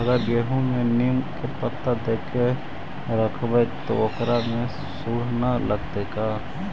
अगर गेहूं में नीम के पता देके यखबै त ओकरा में सुढि न लगतै का?